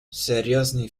серьезный